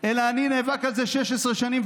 אלא אני נאבק על זה 16 שנים.